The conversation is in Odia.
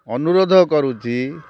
ଅନୁରୋଧ କରୁଛି